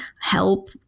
help